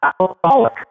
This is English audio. alcoholic